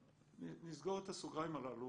נסגור את הסוגריים הללו.